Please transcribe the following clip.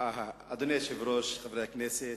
אדוני היושב-ראש, חברי הכנסת,